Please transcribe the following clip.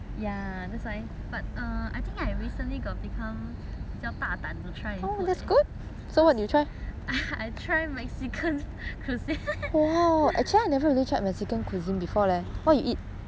I think I recently got become 比较大胆子 in trying food leh I try mexican cuisine that time right my friend bring me